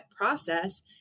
process